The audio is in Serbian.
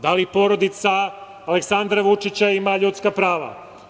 Da li porodica Aleksandra Vučića ima ljudska prava?